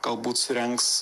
galbūt surengs